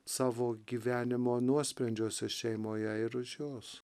savo gyvenimo nuosprendžiuose šeimoje ir už jos